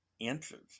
answers